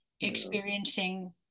experiencing